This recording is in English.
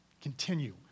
Continue